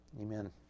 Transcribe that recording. amen